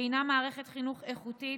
שהיא מערכת חינוך איכותית,